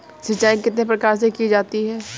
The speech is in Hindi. सिंचाई कितने प्रकार से की जा सकती है?